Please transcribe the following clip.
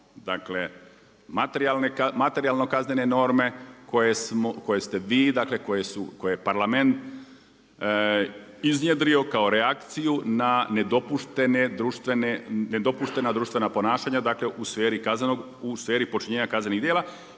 dakle materijalno kaznene norme koje ste vi, dakle koje je Parlament iznjedrio kao reakciju na nedopuštena društvena ponašanja dakle u sferi počinjenja kaznenih djela